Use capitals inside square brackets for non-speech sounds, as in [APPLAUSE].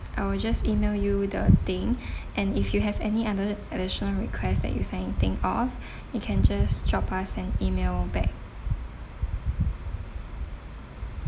I will just email you the thing [BREATH] and if you have any other additional request that you suddenly think of [BREATH] you can just drop us an email back